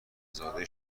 زاده